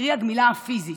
קרי הגמילה הפיזית,